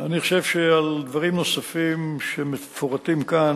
אני חושב שעל דברים נוספים שמפורטים כאן,